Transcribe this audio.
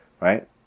right